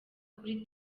kuri